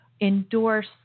endorse